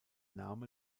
name